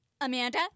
Amanda